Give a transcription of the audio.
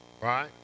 Right